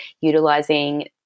utilizing